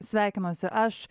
sveikinuosi aš